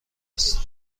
است